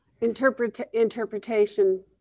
interpretation